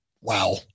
Wow